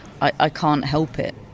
I-can't-help-it